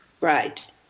Right